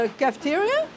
cafeteria